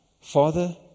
Father